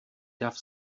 dav